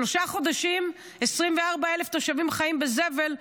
שלושה חודשים 24,000 תושבים חיים בזבל,